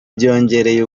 byongereye